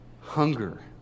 hunger